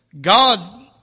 God